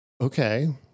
Okay